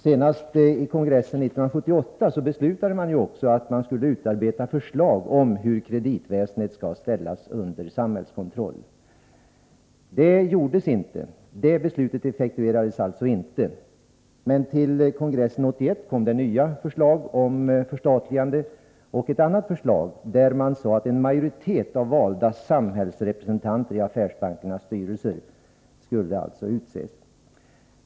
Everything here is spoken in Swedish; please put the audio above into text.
Senast vid kongressen 1978 beslutade man att utarbeta förslag om hur kreditväsendet skall ställas under samhällskontroll. Detta beslut effektuerades alltså inte. Men till kongressen 1981 kom det nya förslag om förstatligande och även ett annat förslag om att en majoritet av valda samhällsrepresentanter skulle utses i affärsbankernas styrelser.